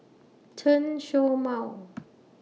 Chen Show Mao